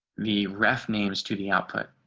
the ref names to the output.